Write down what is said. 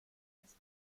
das